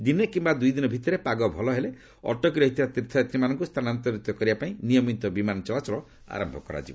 ଦିନେ କିମ୍ବା ଦୁଇଦିନ ଭିତରେ ପାଗ ଭଲହେଲେ ଅଟକି ରହିଥିବା ତୀର୍ଥଯାତ୍ରୀମାନଙ୍କୁ ସ୍ଥାନାନ୍ତରିତ କରିବା ପାଇଁ ନିୟମିତ ବିମାନ ଚଳାଚଳ ଆରମ୍ଭ ହେବ